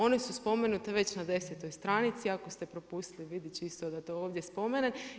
One su spomenute već na 10. stranici ako ste propustili vidjeti, čisto da to ovdje spomenem.